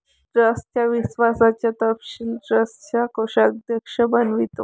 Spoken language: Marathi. ट्रस्टच्या विश्वासाचा तपशील ट्रस्टचा कोषाध्यक्ष बनवितो